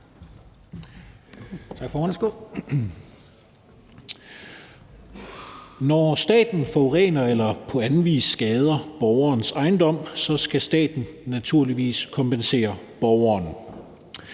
Når staten forurener eller på anden vis skader borgerens ejendom, skal staten naturligvis kompensere borgeren.